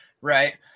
right